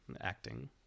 acting